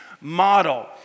model